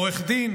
עורך דין